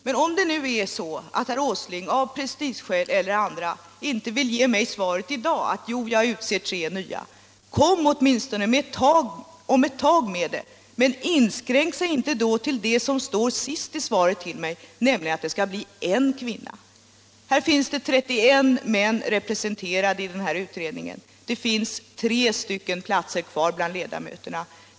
Men om herr Åsling av prestigeskäl eller andra skäl inte vill ge mig svaret i dag att han utser tre kvinnliga ledamöter, kom åtminstone om ett tag med det — men inskränk er inte då till det som står sist i svaret till mig, nämligen att det skall bli en kvinna. Det finns 31 män i utredningen, där finns plats för tre ledamöter till.